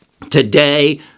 Today